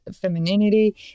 femininity